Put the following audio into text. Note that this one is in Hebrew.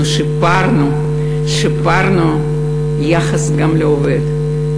אנחנו שיפרנו גם את היחס לעובד,